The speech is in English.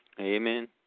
Amen